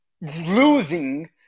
losing